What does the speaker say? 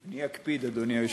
אני אקפיד, אדוני היושב-ראש.